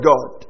God